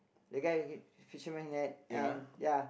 the guy fisherman net and ya